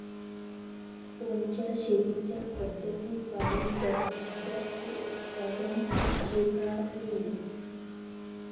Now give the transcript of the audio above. कोनच्या शेतीच्या पद्धतीपायी जास्तीत जास्त उत्पादन घेता येईल?